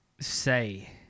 say